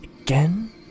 again